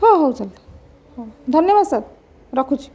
ହଁ ହେଉ ସାର୍ ହଁ ଧନ୍ୟବାଦ ସାର୍ ରଖୁଛି